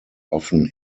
often